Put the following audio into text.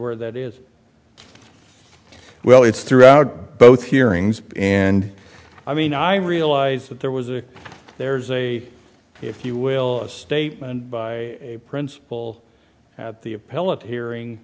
where that is well it's throughout both hearings and i mean i realize that there was a there's a if you will statement by a principle at the